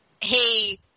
hey